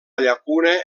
llacuna